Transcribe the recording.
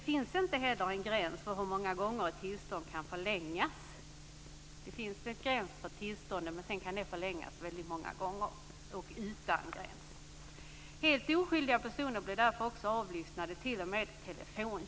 Fru talman!